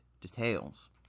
details